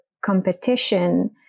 competition